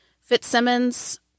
Fitzsimmons